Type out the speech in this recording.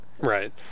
Right